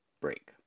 break